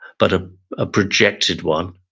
but a ah projected one.